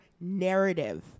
narrative